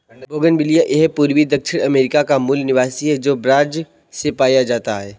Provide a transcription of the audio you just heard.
bougainvillea यह पूर्वी दक्षिण अमेरिका का मूल निवासी है, जो ब्राज़ से पाया जाता है